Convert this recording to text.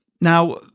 Now